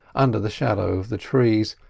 under the shadow of the trees,